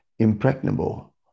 impregnable